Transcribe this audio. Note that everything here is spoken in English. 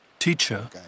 Teacher